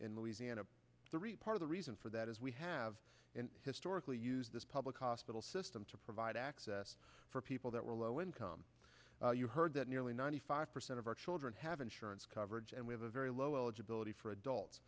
in louisiana the report of the reason for that is we have historically used this public hospital system to provide access for people that were low income you heard that nearly ninety five percent of our children have insurance coverage and we have a very low eligibility for adults